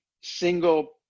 single